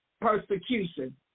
Persecution